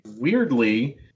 Weirdly